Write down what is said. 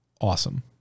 awesome